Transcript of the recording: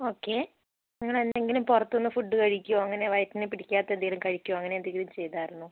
okay നിങ്ങളെന്തെങ്കിലും പുറത്തൂന്ന് food കഴിക്കുവോ അങ്ങനെ വയറ്റിന് പിടിക്കാത്തത് എന്തെങ്കിലും കഴിക്കുവോ അങ്ങനെന്തെങ്കിലും ചെയ്തായിരുന്നോ